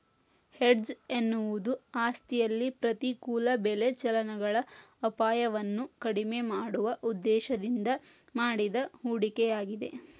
hedge ಎನ್ನುವುದು ಆಸ್ತಿಯಲ್ಲಿ ಪ್ರತಿಕೂಲ ಬೆಲೆ ಚಲನೆಗಳ ಅಪಾಯವನ್ನು ಕಡಿಮೆ ಮಾಡುವ ಉದ್ದೇಶದಿಂದ ಮಾಡಿದ ಹೂಡಿಕೆಯಾಗಿದೆ